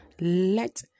Let